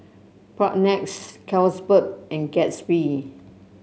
Propnex Carlsberg and Gatsby